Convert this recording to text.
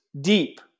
deep